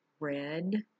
red